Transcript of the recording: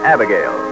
Abigail